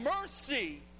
mercy